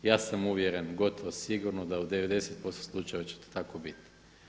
Ja sam uvjeren, gotovo sigurno da u 90% slučajeva će to tako biti.